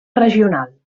regional